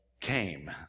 came